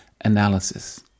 analysis